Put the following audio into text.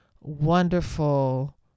wonderful